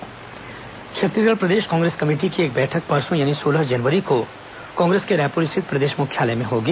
कांग्रेस बैठक छत्तीसगढ़ प्रदेश कांग्रेस कमेटी की एक बैठक परसों सोलह जनवरी को कांग्रेस के रायपुर स्थित प्रदेश मुख्यालय में होगी